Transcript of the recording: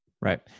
Right